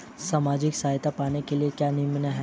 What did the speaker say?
सामाजिक सहायता पाने के लिए क्या नियम हैं?